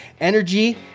energy